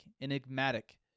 enigmatic